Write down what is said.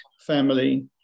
family